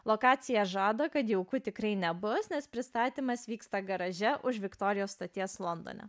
lokaciją žada kad jauku tikrai nebus nes pristatymas vyksta garaže už viktorijos stoties londone